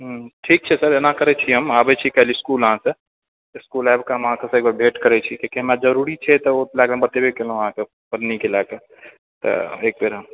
ठीक छै सर एना करैत छी हम आबैत छी काल्हि इस्कूल अहाँकऽ इस्कूल आबिकऽ हम अहाँसभसँ एक बेर भेट करैत छी चूँकि हमरा जरूरी छै तऽ ओ बतेबय केलहुँ अहाँक पत्नीकऽ लेकऽ तऽ एक बेर हम